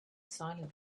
silent